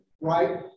right